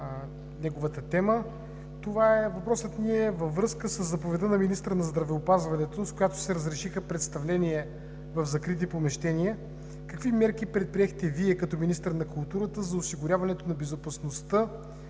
ни е във връзка със заповедта на министъра на здравеопазването, с която се разрешиха представленията в закрити помещения: какви мерки предприехте Вие като министър на културата за осигуряване на безопасността